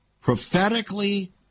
prophetically